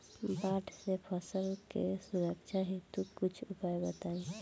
बाढ़ से फसल के सुरक्षा हेतु कुछ उपाय बताई?